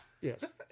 Yes